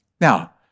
Now